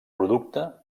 producte